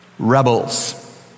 Rebels